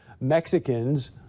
Mexicans